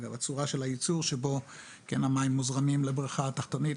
צורת הייצור שבו המים מוזרמים לבריכה התחתונית,